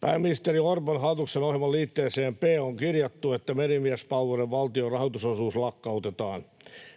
Pääministeri Orpon hallituksen ohjelman liitteeseen B on kirjattu, että merimiespalveluiden valtion rahoitusosuus lakkautetaan.